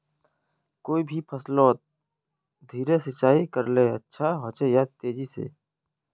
कोई भी फसलोत धीरे सिंचाई करले अच्छा होचे या तेजी से?